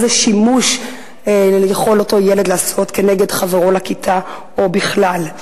איזה שימוש יכול אותו ילד לעשות כנגד חברו לכיתה או בכלל.